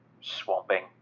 swamping